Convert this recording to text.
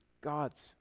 God's